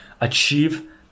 achieve